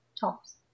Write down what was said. tops